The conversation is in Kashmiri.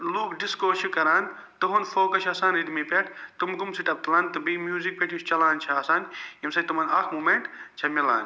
لوٗکھ ڈِسکو چھِ کَران تہنٛد فوکَس چھُ آسان رِدمہِ پٮ۪ٹھ تِم کٕم سِٹیٚپ تُلان تہٕ بیٚیہِ میٛوٗزِک پٮ۪ٹھ یُس چَلان چھُ آسان ییٚمہِ سۭتۍ تِمن اَکھ موٗمیٚنٛٹ چھِ میلان